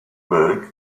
milk